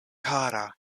kara